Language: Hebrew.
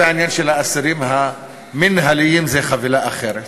והעניין של האסירים המינהליים זה חבילה אחרת.